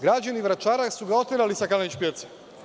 Građani Vračara su ga oterali sa Kalenić pijace.